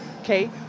okay